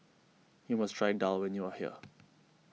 you must try Daal when you are here